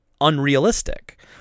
unrealistic